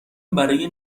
برای